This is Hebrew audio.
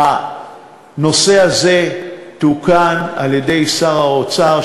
הנושא הזה תוקן על-ידי שר האוצר,